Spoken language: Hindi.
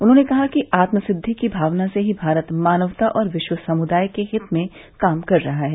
उन्होंने कहा कि आत्म सिद्धि की भावना से ही भारत मानवता और विश्व समुदाय के हित में काम कर रहा है